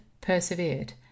persevered